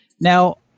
now